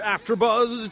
Afterbuzz